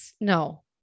No